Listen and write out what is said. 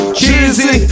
cheesy